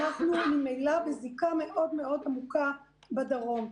אנחנו ממילא בזיקה מאוד מאוד עמוקה בדרום.